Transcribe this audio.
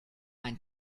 ein